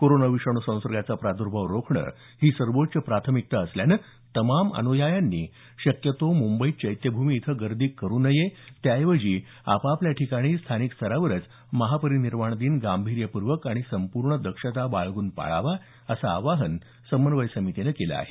corona विषाणू संसर्गाचा प्राद्भाव रोखणं ही सर्वोच्च प्राथमिकता असल्यानं तमाम अनुयायांनी शक्यतो मुंबईत चैत्यभूमी इथं गर्दी करु नये त्याऐवजी आपापल्या ठिकाणी स्थानिक स्तरावरच महापरिनिर्वाण दिन गांभीर्यपूर्वक आणि संपूर्ण दक्षता बाळगून पाळावा असं आवाहन समन्वय समितीनं केल आहे